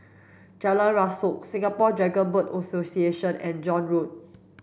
Jalan Rasok Singapore Dragon Boat Association and Joan Road